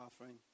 offering